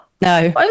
No